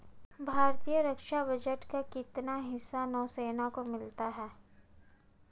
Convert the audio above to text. भारतीय रक्षा बजट का कितना हिस्सा नौसेना को मिलता है?